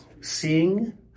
seeing